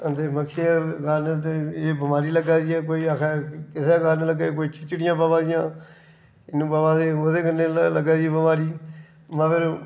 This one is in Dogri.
अंदर मक्खी कारण एह् बमारी लग्गा दी ऐ कोई आक्खे किसे कारण लग्गा दी कोई चीचड़ियां प'वा दियां प'वै दे ओह्दे कारण लग्गा दी बमारी मगर